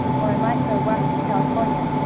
or i might go west to california.